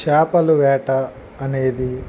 చేపల వేట అనేది